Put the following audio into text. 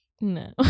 no